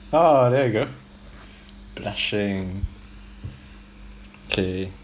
ah there we go blushing K